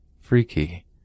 Freaky